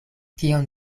kion